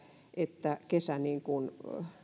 että kesä